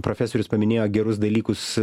profesorius paminėjo gerus dalykus